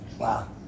Wow